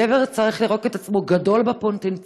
גבר צריך לראות את עצמו גדול בפוטנציאל,